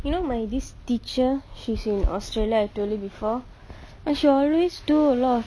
you know my this teacher she's in australia I told you before oh she always do a lot of